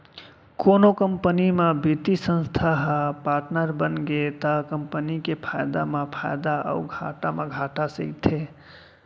कोनो कंपनी म बित्तीय संस्था ह पाटनर बनगे त कंपनी के फायदा म फायदा अउ घाटा म घाटा सहिथे